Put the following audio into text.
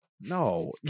no